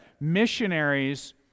missionaries